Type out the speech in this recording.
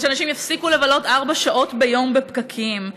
שאנשים יפסיקו לבלות ארבע שעות ביום בפקקים,